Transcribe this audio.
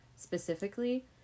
specifically